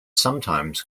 sometimes